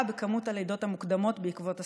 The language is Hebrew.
במספר הלידות המוקדמות בעקבות הסגר,